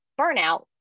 burnout